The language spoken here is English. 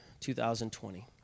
2020